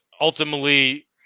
ultimately